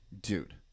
Dude